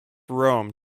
rome